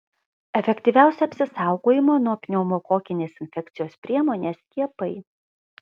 efektyviausia apsisaugojimo nuo pneumokokinės infekcijos priemonė skiepai